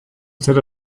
instead